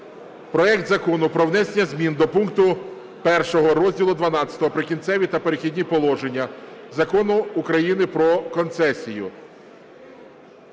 проект Закону про внесення зміни до пункту 1 розділу ХІІ "Прикінцеві та перехідні положення" Закону України "Про концесію".